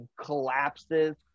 collapses